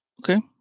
okay